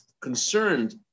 concerned